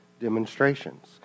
demonstrations